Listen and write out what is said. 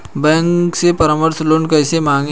Bank से personal loan कैसे मांगें?